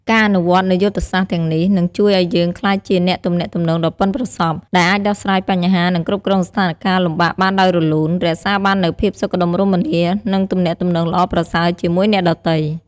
ការអនុវត្តន៍នូវយុទ្ធសាស្ត្រទាំងនេះ នឹងជួយឲ្យយើងក្លាយជាអ្នកទំនាក់ទំនងដ៏ប៉ិនប្រសប់ ដែលអាចដោះស្រាយបញ្ហា និងគ្រប់គ្រងស្ថានការណ៍លំបាកបានដោយរលូន រក្សាបាននូវភាពសុខដុមរមនា និងទំនាក់ទំនងល្អប្រសើរជាមួយអ្នកដទៃ។